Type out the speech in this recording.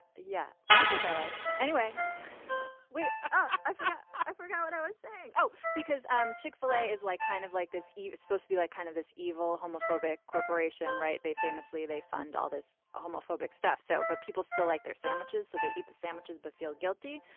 yeah. pickles i like anyway we have. i forgot what i was saying oh because um chick fil a is like kind of like this e is supposed to be like kind of this evil homophobic corporation right. they famously they fund all this ah homophobic stuff. so but people still like their sandwiches so they eat the sandwiches but feel guilty.